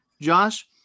Josh